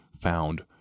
found